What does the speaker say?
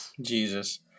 Jesus